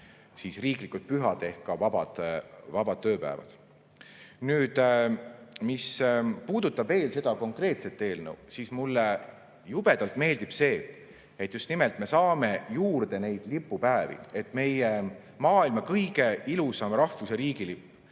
ka riiklikud pühad ehk vabad päevad. Mis puudutab seda konkreetset eelnõu, siis mulle jubedalt meeldib see, et just nimelt me saame juurde neid lipupäevi, et meie maailma kõige ilusam rahvus‑ ja riigilipp